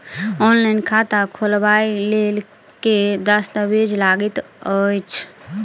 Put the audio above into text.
Online खाता खोलबय लेल केँ दस्तावेज लागति अछि?